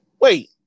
wait